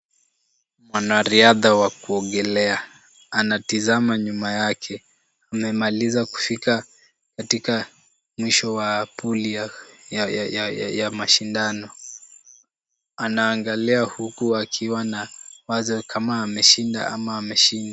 Mwanariadha wa kuogelea anatizama nyuma yake. Amemaliza kufika katika mwisho wa pool ya mashindano. Anaangalia huku akiwa na wazo kama ameshinda ama ameshindwa.